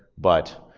but,